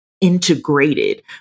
integrated